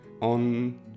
on